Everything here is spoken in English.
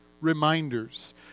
reminders